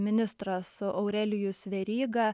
ministras aurelijus veryga